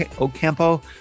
Ocampo